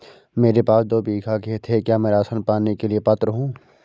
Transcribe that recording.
मेरे पास दो बीघा खेत है क्या मैं राशन पाने के लिए पात्र हूँ?